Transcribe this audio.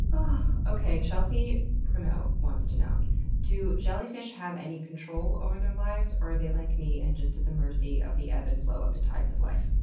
but chelsea premeau wants to know do jellyfish have any control over their lives? or are they like me, and just at the mercy of the ebb and flow of the tides of life?